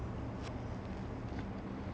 mm கொஞ்சம் கஷ்டம் இல்ல:konjam kashtam illa